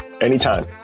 anytime